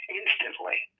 instantly